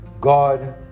God